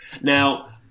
Now